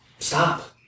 stop